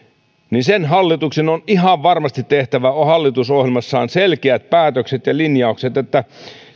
on ihan varmasti tehtävä hallitusohjelmassaan selkeät päätökset ja linjaukset että